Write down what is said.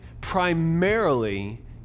primarily